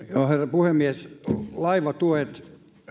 puhemies laivatuet